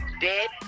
dead